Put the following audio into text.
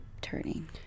turning